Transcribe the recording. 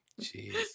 Jeez